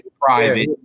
private